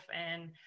and-